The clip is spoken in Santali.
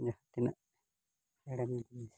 ᱱᱤᱭᱟᱹ ᱛᱤᱱᱟᱹᱜ ᱦᱮᱲᱮᱢ ᱡᱤᱱᱤᱥ